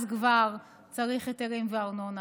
אז כבר צריך היתרים וארנונה,